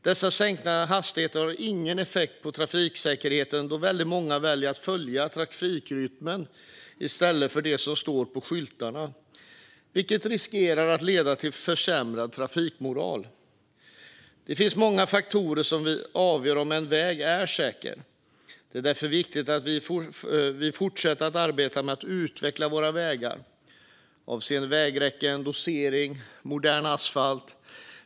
Dessa sänkta hastigheter har ingen effekt på trafiksäkerheten, då väldigt många väljer att följa trafikrytmen i stället för det som står på skyltarna, vilket riskerar att leda till försämrad trafikmoral. Det finns många faktorer som avgör om en väg är säker. Det är därför viktigt att vi fortsätter att arbeta med att utveckla våra vägar avseende vägräcken, dosering och modern asfalt.